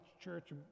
church